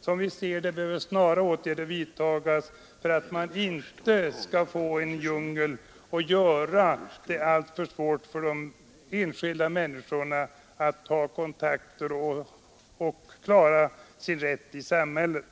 Som vi ser det behöver snara åtgärder vidtas för att man inte skall få en djungel och göra det alltför svårt för de enskilda människorna att ta kontakter och bevaka sin rätt i samhället.